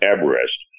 Everest